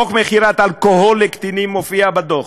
חוק מכירת אלכוהול לקטינים מופיע בדוח.